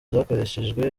zakoreshejwe